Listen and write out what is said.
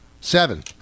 seven